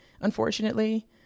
unfortunately